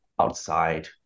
outside